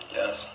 yes